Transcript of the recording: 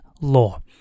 law